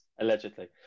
Allegedly